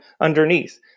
underneath